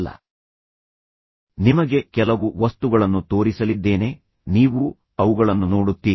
ನಾನು ಹೇಗೆ ವಿವರಿಸುತ್ತೇನೆ ಮತ್ತು ನಾನು ನಿಮಗೆ ಕೆಲವು ವಸ್ತುಗಳನ್ನು ತೋರಿಸಲಿದ್ದೇನೆ ನೀವು ಅವುಗಳನ್ನು ನೋಡುತ್ತೀರಿ